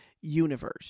Universe